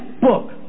book